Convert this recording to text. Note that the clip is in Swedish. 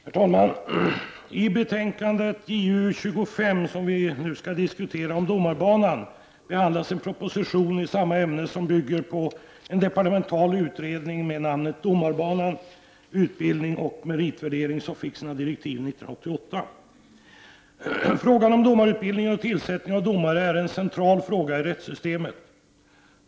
Herr talman! I det betänkande JuU2S som vi nu skall diskutera om domarbanan behandlas en proposition i samma ämne som bygger på en departemental utredning med namnet ”Domarbanan — Utbildning och meritvärdering” som fick sina direktiv under 1988. Frågan om domarutbildningen och tillsättning av domare är en central fråga i rättssystemet.